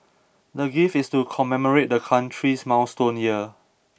the gift is to commemorate the country's milestone year